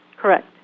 Correct